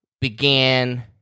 began